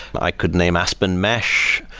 i could name aspen mesh,